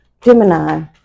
Gemini